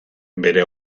bere